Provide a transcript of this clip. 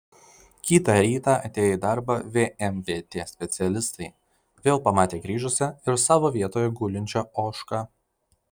kitą rytą atėję į darbą vmvt specialistai vėl pamatė grįžusią ir savo vietoje gulinčią ožką